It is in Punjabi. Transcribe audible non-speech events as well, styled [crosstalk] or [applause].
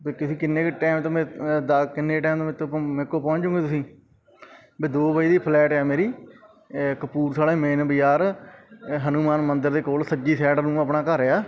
ਵੀ ਤੁਸੀਂ ਕਿੰਨੇ ਕੁ ਟਾਈਮ ਤੋਂ [unintelligible] ਕਿੰਨੇ ਕੁ ਟਾਈਮ [unintelligible] ਮੇਰੇ ਕੋਲ ਪਹੁੰਚ ਜਾਓਗੇ ਤੁਸੀਂ ਵੀ ਦੋ ਵਜੇ ਦੀ ਫਲੈਟ ਆ ਮੇਰੀ ਕਪੂਰਥਲੇ ਮੇਨ ਬਾਜ਼ਾਰ ਹਨੂੰਮਾਨ ਮੰਦਿਰ ਦੇ ਕੋਲ ਸੱਜੀ ਸਾਈਡ ਨੂੰ ਆਪਣਾ ਘਰ ਆ